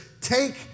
take